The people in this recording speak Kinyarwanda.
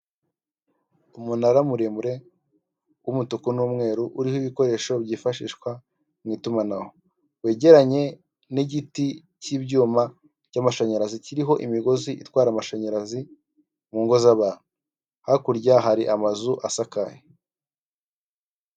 Umunara muremure w'umutuku n'umweru uriho ibikoresho byifashishwa mu itumanaho, wegeranye n'igiti cy'ibyuma by'amashanyarazi kiriho imigozi itwara amashanyarazi mu ngo z'abantu hakurya hari amazu asakaye.